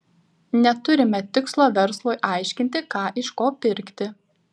neturime tikslo verslui aiškinti ką iš ko pirkti